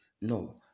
No